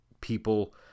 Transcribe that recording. people